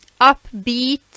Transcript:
Upbeat